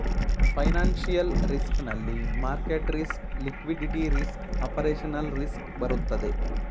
financial risk ನಲ್ಲಿ market risk, liquidity risk, operational risk ಬರುತ್ತದೆ